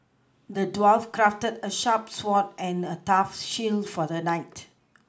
the dwarf crafted a sharp sword and a tough shield for the knight